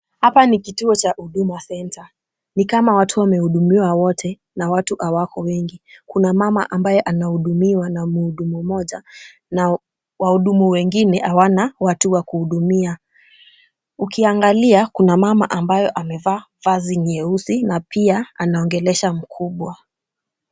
Hapa ni kituo cha Huduma Center, ni kama watu wamehudumiwa wote na watu hawako wengi. Kuna mama ambaye anahudumiwa na mhudumu mmoja na wahudumu wengine hawana watu wa kuhudumia. Ukiangalia, kuna mama ambaye amevaa vazi nyeusi na pia anaongelesha mkubwa.